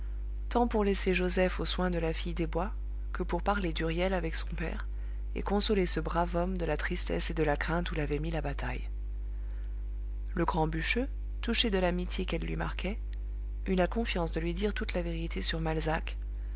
tant pour laisser joseph aux soins de la fille des bois que pour parler d'huriel avec son père et consoler ce brave homme de la tristesse et de la crainte où l'avait mis la bataille le grand bûcheux touché de l'amitié qu'elle lui marquait eut la confiance de lui dire toute la vérité sur malzac